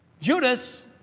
Judas